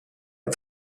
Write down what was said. est